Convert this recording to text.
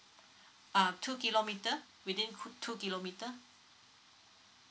err two kilometre within two kilometre